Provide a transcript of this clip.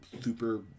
super